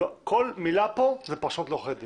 כל מילה כאן, זאת פרשנות לעורכי דין.